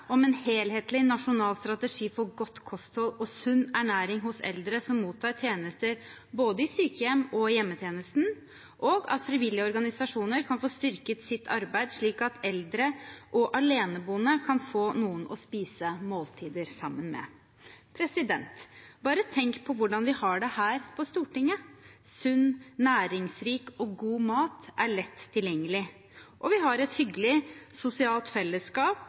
om en helhetlig nasjonal strategi for godt kosthold og sunn ernæring hos eldre som mottar tjenester, i både sykehjem og hjemmetjenesten, og for at frivillige organisasjoner kan få styrket sitt arbeid, slik at eldre og aleneboende kan få noen å spise måltider sammen med. Bare tenk på hvordan vi har det her på Stortinget. Sunn, næringsrik og god mat er lett tilgjengelig, og vi har et hyggelig sosialt fellesskap